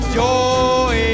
joy